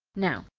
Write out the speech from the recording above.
now,